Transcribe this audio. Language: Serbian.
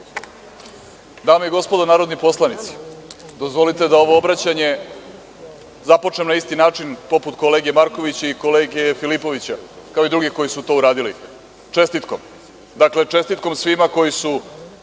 i gospodo narodni poslanici, dozvolite da ovo obraćanje započnem na isti način, poput kolege Markovića i kolege Filipovića, kao i drugi koji su to uradili, čestitkom, čestitkom svima koji su